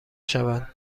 شوند